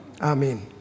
Amen